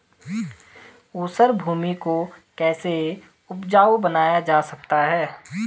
ऊसर भूमि को कैसे उपजाऊ बनाया जा सकता है?